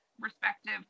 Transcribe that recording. respective